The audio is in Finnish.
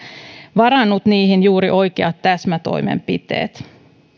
varannut niihin juuri oikeat täsmätoimenpiteet